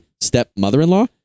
stepmother-in-law